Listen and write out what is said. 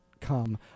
come